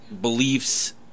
beliefs